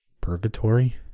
purgatory